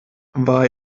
war